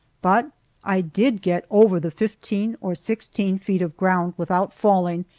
but i did get over the fifteen or sixteen feet of ground without falling,